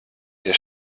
der